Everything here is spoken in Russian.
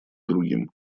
другим